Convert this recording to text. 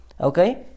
Okay